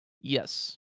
Yes